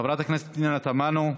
חברת הכנסת פנינה תמנו,